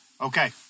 okay